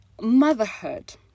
motherhood